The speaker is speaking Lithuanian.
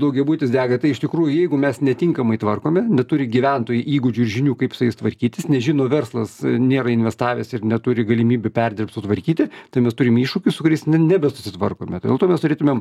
daugiabutis dega tai iš tikrųjų jeigu mes netinkamai tvarkome neturi gyventojų įgūdžių ir žinių kaip su jais tvarkytis nežino verslas nėra investavęs ir neturi galimybių perdirbt sutvarkyti tai mes turim iššūkių su kuris ne nebesusitvarkome dėl to mes turėtumėm